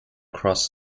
cross